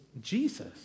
Jesus